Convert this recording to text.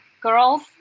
girls